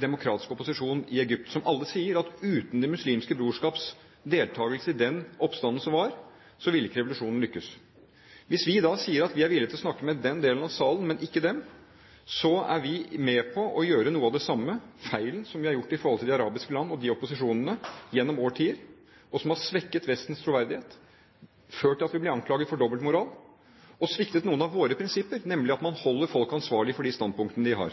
demokratisk opposisjon i Egypt – og alle sier at uten Det muslimske brorskaps deltakelse i den oppstanden som var, ville ikke revolusjonen ha lyktes – og da sier at vi er villig til å snakke med den delen av salen, men ikke den, er vi med på å gjøre noe av den samme feilen som vi har gjort i arabiske land, overfor opposisjonene, gjennom årtier. Det har svekket Vestens troverdighet og ført til at vi har blitt anklaget for dobbeltmoral og for å svikte noen av våre prinsipper, nemlig at man holder folk ansvarlig for de standpunktene de har.